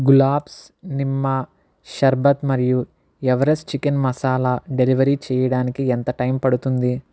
గులాబ్స్ నిమ్మ షర్బత్ మరియు ఎవరెస్ట్ చికెన్ మసాలా డెలివర్ చేయడానికి ఎంత టైం పడుతుంది